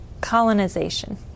Colonization